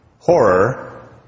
horror